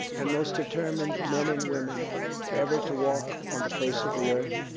and most determined men and women ever to walk on the face of the earth.